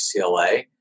UCLA